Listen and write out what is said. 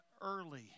early